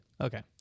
Okay